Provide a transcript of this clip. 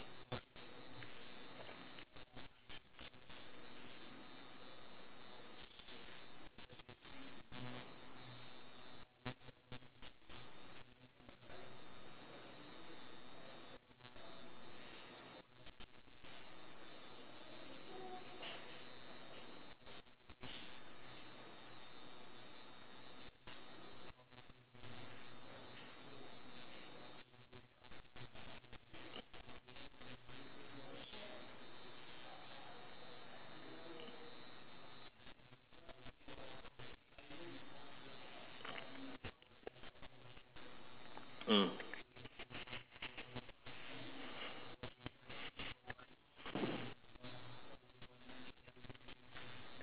mm